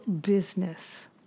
business